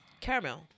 caramel